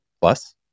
plus